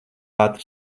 ātri